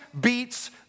beats